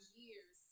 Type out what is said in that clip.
years